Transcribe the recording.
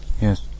Yes